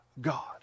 God